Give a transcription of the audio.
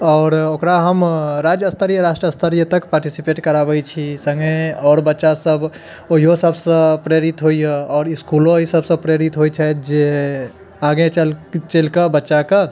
आओर ओकरा हम राज्य स्तरीय राष्ट्र स्तरीय तक पार्टिसिपेट कराबैत छी सङ्गे आओर बच्चा सभ ओहिओ सभसँ प्रेरित होइए आओर इसकूलो एहि सभसँ प्रेरित होइत छथि जे आगे चल चलि कऽ बच्चा कऽ